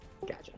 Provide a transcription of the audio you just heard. Gotcha